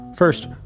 First